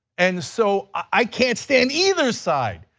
and so i can't stand either side.